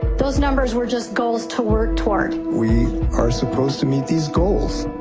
those numbers were just goals to work toward. we are supposed to meet these goals.